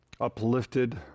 uplifted